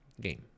game